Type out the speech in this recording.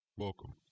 Welcome